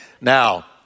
Now